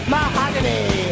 Mahogany